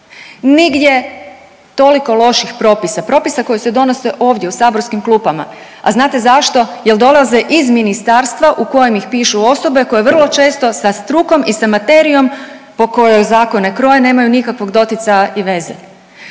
nigdje toliko loših propisa, propisa koji se donose ovdje u saborskim klupama, a znate zašto? Jel dolaze iz ministarstva u kojem ih pišu osobe koje vrlo često sa strukom i sa materijom po kojoj zakone kroje nemaju nikakvog doticaja i veze.